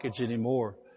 anymore